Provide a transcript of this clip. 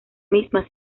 misma